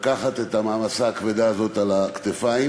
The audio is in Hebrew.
לקחת את המעמסה הכבדה הזאת על הכתפיים.